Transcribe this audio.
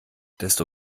desto